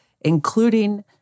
including